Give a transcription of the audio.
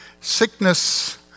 sickness